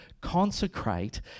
consecrate